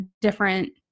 different